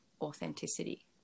authenticity